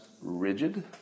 rigid